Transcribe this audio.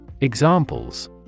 Examples